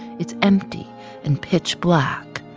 it's empty and pitch black,